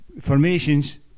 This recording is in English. formations